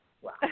Wow